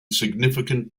significant